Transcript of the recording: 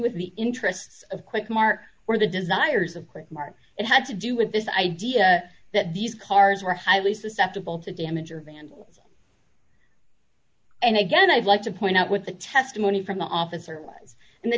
with the interests of quick mart or the desires of quick mart it had to do with this idea that these cars were highly susceptible to damage or vandals and again i'd like to point out what the testimony from the officer and the